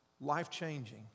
life-changing